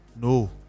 No